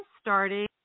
starting